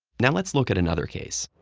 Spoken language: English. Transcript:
now let's look at another case.